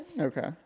Okay